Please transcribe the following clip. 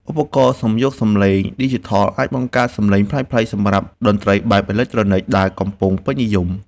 ឧបករណ៍សំយោគសំឡេងឌីជីថលអាចបង្កើតសំឡេងប្លែកៗសម្រាប់តន្ត្រីបែបអេឡិចត្រូនិកដែលកំពុងពេញនិយម។